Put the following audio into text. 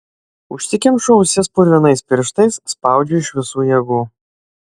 užsikemšu ausis purvinais pirštais spaudžiu iš visų jėgų